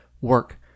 work